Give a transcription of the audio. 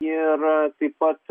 ir taip pat